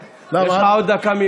יש לך עוד דקה ממני.